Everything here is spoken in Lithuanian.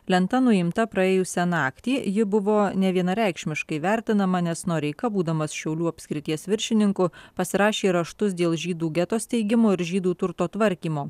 lenta nuimta praėjusią naktį ji buvo nevienareikšmiškai vertinama nes noreika būdamas šiaulių apskrities viršininku pasirašė raštus dėl žydų geto steigimo ir žydų turto tvarkymo